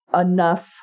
enough